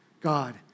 God